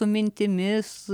su mintimis